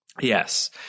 Yes